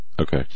Okay